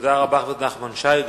תודה רבה, חבר הכנסת נחמן שי.